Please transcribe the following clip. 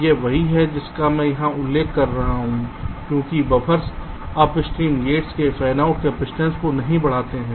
यह वही है जिसका मैं यहां उल्लेख कर रहा हूं क्योंकि बफ़र्स अपस्ट्रीम गेट्स के फैनआउट कैपेसिटेंस को नहीं बढ़ाते हैं